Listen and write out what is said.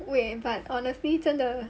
wait but honestly 真的